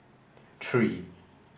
three